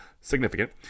significant